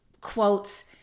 quotes